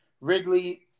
Wrigley